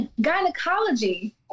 gynecology